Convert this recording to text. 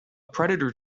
predator